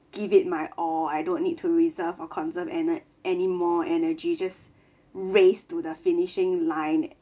give it my all I don't need to reserve or conserve ene~ anymore energy and just race to the finishing line